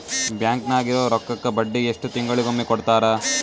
Bank ನಾಗಿರೋ ರೊಕ್ಕಕ್ಕ ಬಡ್ಡಿ ಎಷ್ಟು ತಿಂಗಳಿಗೊಮ್ಮೆ ಕೊಡ್ತಾರ?